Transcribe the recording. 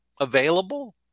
available